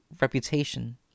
reputation